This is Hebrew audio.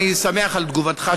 אני שמח על תגובתך,